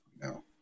No